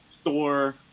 store